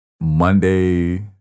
Monday